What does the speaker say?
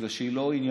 בגלל שהיא לא עניינית,